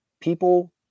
people